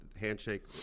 handshake